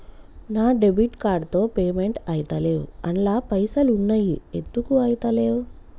నా debit card తో payment ఐతలేవ్ అండ్ల పైసల్ ఉన్నయి ఎందుకు ఐతలేవ్?